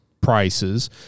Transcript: prices